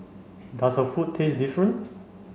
does her food taste different